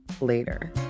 later